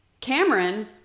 Cameron